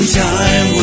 time